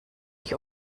ich